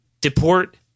deport